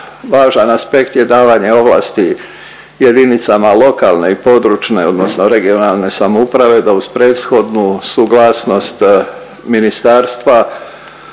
važan aspekt je davanje ovlasti jedinicama lokalne i područne odnosno regionalne samouprave da uz prethodnu suglasnost ministarstva